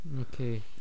Okay